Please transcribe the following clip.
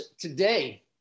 today